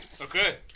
Okay